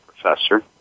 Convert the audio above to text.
professor